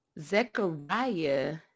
Zechariah